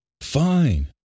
fine